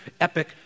epic